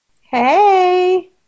Hey